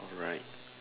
alright